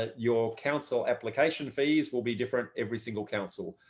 ah your council application fees will be different every single council.